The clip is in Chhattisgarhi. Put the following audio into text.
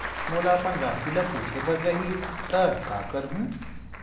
मोला अपन राशि ल पूछे बर रही त का करहूं?